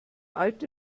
alte